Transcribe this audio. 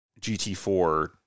GT4